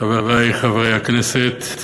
תודה, חברי חברי הכנסת,